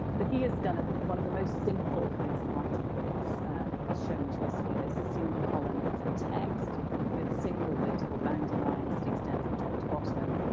but he has done one of the most simple kinds of writing grids is shown to us here. it's a single-column for text with single vertical bounding lines that extend from top to bottom,